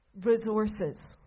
resources